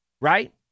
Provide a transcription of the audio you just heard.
right